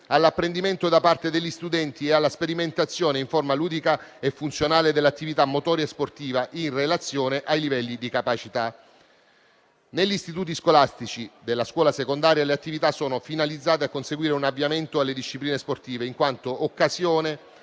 all'apprendimento da parte degli studenti e alla sperimentazione in forma ludica e funzionale dell'attività motoria e sportiva in relazione ai livelli di capacità. Negli istituti scolastici della scuola secondaria, le attività sono finalizzate a conseguire un avviamento alle discipline sportive in quanto occasione